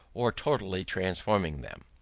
or totally transforming them.